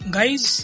Guys